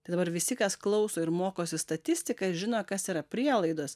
tai dabar visi kas klauso ir mokosi statistiką žino kas yra prielaidos